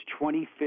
25th